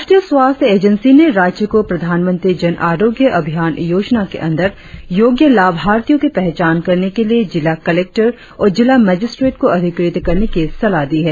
राष्ट्रीय स्वास्थ्य एजेन्सी ने राज्यों को प्रधानमंत्री जन आरोग्य अभियान योजना के अंदर योग्य लाभार्थियों की पहचान करने के लिए जिला कलेक्टर और जिला मजिस्ट्रेड को अधिकृत करने की सलाह दी है